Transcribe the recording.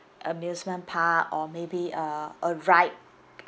amusement park or maybe uh a ride